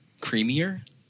creamier